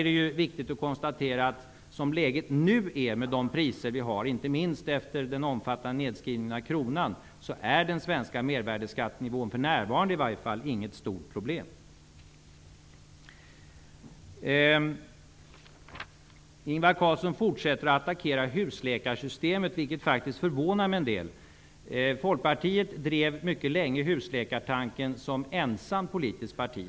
Det är viktigt att konstatera att som läget nu är med de priser som vi har, inte minst efter den omfattande nedskrivningen av kronan, är den svenska mervärdesskattenivån, för närvarande i varje fall, inget stort problem. Ingvar Carlsson fortsätter att attackera husläkarsystemet, vilket faktiskt fövånar mig en del. Folkpartiet drev som ensamt politiskt parti husläkartanken mycket länge.